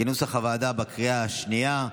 כנוסח הוועדה, בקריאה השנייה.